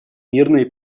мирные